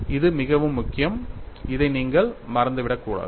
இது மிகவும் முக்கியம் இதை நீங்கள் மறந்துவிடக் கூடாது